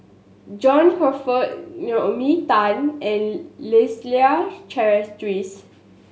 John Crawfurd Naomi Tan and Leslie Charteris